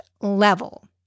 level